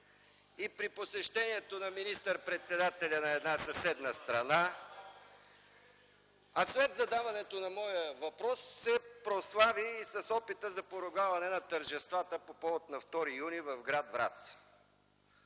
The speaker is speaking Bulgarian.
и при посещението на министър-председателя на една съседна страна, а след задаването на моя въпрос се прослави и с опита за поругаване на тържествата по повод на 2 юни в град Враца.